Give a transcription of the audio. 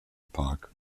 park